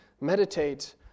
meditate